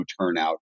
turnout